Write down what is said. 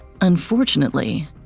Unfortunately